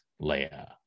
Leia